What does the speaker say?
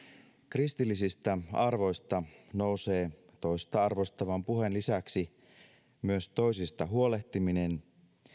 kristillisistä arvoista nousee toista arvostavan puheen lisäksi myös toisista huolehtiminen